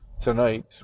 tonight